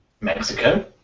Mexico